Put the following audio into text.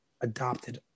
adopted